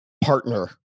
partner